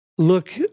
Look